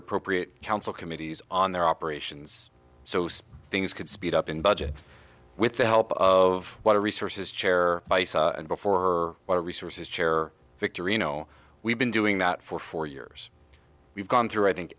appropriate council committees on their operations so things could speed up in budget with the help of water resources chair before or water resources chair victory you know we've been doing that for four years we've gone through i think